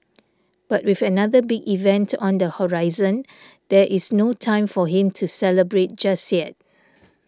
but with another big event on the horizon there is no time for him to celebrate just yet